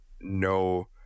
no